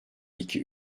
iki